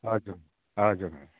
हजुर हजुर